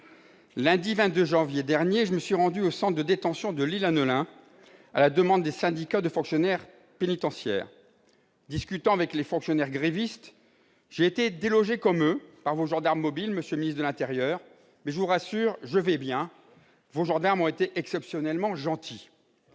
lundi 22 janvier dernier, je me suis rendu au centre de détention de Lille-Annoeullin, à la demande des syndicats de fonctionnaires pénitentiaires. Alors que je discutais avec les fonctionnaires grévistes, j'ai été délogé, comme eux, par vos gendarmes mobiles, monsieur le ministre de l'intérieur. Je tiens à vous rassurer : je vais bien. Vos gendarmes ont été exceptionnellement gentils